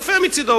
יפה מצדו,